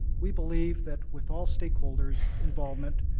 we believe that with all stakeholders' involvement,